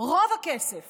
רוב הכסף